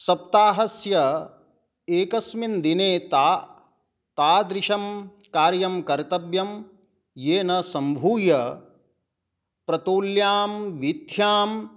सप्ताहस्य एकस्मिन् दिने ता तादृशं कार्यं कर्तव्यं येन सम्भूय प्रतोल्यां वीथ्यां